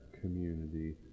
community